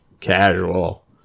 casual